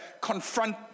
confront